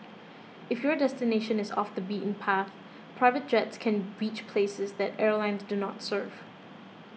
if your destination is off the beaten path private jets can reach places that airlines do not serve